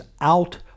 out